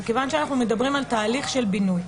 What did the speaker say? ומכיוון שאנחנו מדברים על תהליך של בינוי,